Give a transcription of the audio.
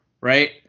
right